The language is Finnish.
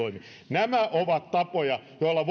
nämä ovat tapoja